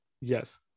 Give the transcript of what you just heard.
yes